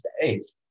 States